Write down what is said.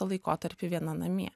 laikotarpį viena namie